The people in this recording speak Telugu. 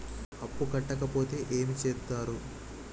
అప్పు కట్టకపోతే ఏమి చేత్తరు?